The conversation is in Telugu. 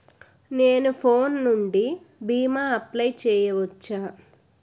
నేను ఫోన్ నుండి భీమా అప్లయ్ చేయవచ్చా?